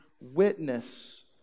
witness